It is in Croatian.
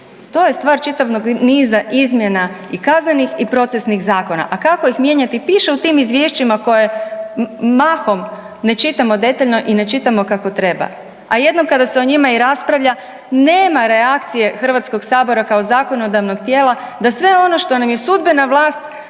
To je stvar čitavog niza izmjena i kaznenih i procesnih zakona. A kako ih mijenjati? Piše u tim izvješćima koje mahom ne čitamo detaljno i ne čitamo kako treba. A jednom kada se o njima i raspravlja nema reakcije Hrvatskog sabora kao zakonodavnog tijela, da sve ono što nam je sudbena vlast